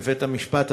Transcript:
בבית-המשפט.